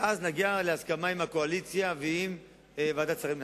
ואז נגיע להסכמה עם הקואליציה ועם ועדת השרים לחקיקה.